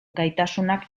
gaitasunak